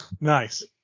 Nice